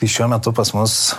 tai šiuo metu pas mus